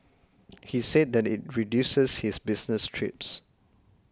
he said that it reduces his business trips